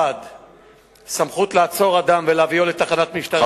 1. סמכות לעצור אדם ולהביאו לתחנת משטרה,